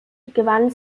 gewann